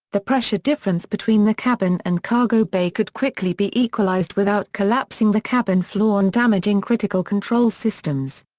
the pressure difference between the cabin and cargo bay could quickly be equalized without collapsing the cabin floor and damaging critical control systems.